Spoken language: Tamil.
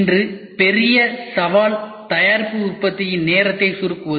இன்று பெரிய சவால் தயாரிப்பு உற்பத்தியின் நேரத்தை சுருக்குவது